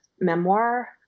memoir